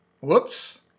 Whoops